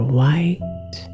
white